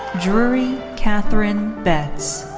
drury katherine betts.